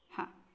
हां